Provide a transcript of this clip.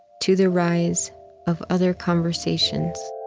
to the rise of other conversations.